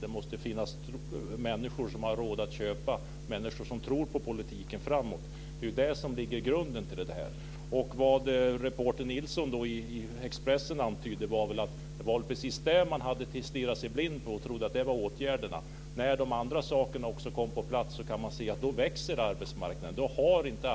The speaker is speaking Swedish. Vidare måste det finnas människor som har råd att köpa och människor som tror på politiken framåt. Detta är ju grunden i sammanhanget. Vad reporter Nilsson i Expressen antydde var väl att det var just det som man hade stirrat sig blind på och som man trodde var åtgärderna. När de andra sakerna kommit på plats kan man se att arbetsmarknaden växer.